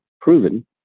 proven